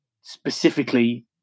specifically